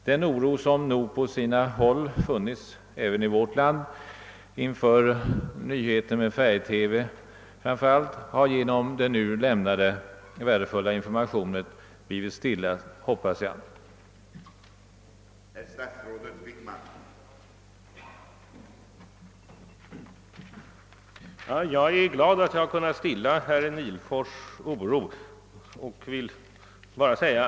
Den oro som nog på sina håll funnits även i vårt land framför allt i samband med införandet av färgtelevision har genom den nu lämnade värdefulla informationen enligt vad jag hoppas blivit stillad.